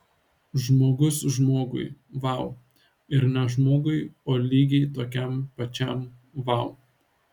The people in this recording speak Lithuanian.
žmogus žmogui vau ir ne žmogui o lygiai tokiam pačiam vau